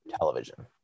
television